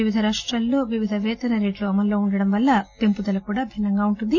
వివిధ రాష్టాల్లో వివిధ పేతన రేట్లు అమల్లో ఉండటం వల్ల పెంపుదల కూడా భిన్సంగా ఉండనుంది